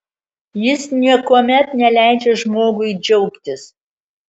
jis niekuomet neleidžia žmogui džiaugtis